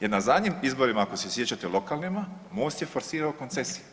Jer na zadnjim izborima ako se sjećate lokalnima MOST je forsirao koncesiju.